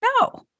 No